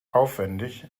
aufwendig